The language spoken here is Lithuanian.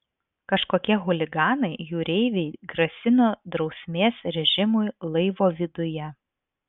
kažkokie chuliganai jūreiviai grasino drausmės režimui laivo viduje